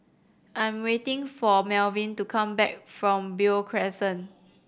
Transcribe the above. I'm waiting for Melvin to come back from Beo Crescent